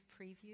preview